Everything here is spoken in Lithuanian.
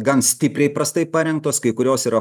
gan stipriai prastai parengtos kai kurios yra